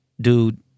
dude